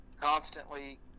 constantly